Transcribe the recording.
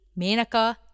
Menaka